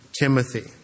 Timothy